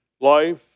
life